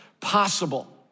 possible